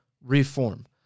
reform